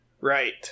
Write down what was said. Right